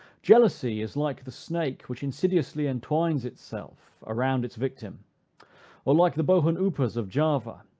jealousy is like the snake which insidiously entwines itself around its victim or like the bohun upas of java,